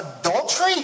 adultery